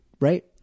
right